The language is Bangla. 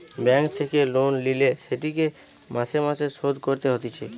ব্যাঙ্ক থেকে লোন লিলে সেটিকে মাসে মাসে শোধ করতে হতিছে